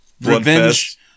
revenge